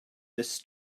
this